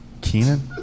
Keenan